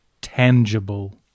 tangible